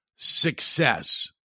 success